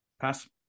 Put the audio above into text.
pass